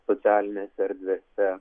socialinėse erdvėse